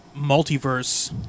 multiverse